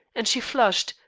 and she flushed,